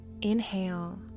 inhale